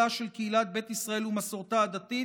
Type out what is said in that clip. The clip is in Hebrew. של קהילת ביתא ישראל ומסורתה הדתית,